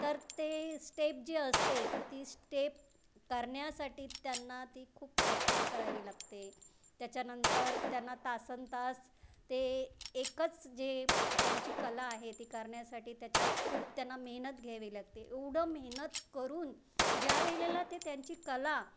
तर ते स्टेप जी असते ती स्टेप करण्यासाठी त्यांना ती खूप प्रॅक्टिस करावी लागते त्याच्यानंतर त्यांना तासंतास एकच जे त्यांची कला आहे ती करण्यासाठी त्याच्यावर खूप त्यांना मेहनत घ्यावी लागते एवढं मेहनत करून ज्या वेळेला ते त्यांची कला